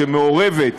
שמעורבת,